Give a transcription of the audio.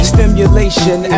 Stimulation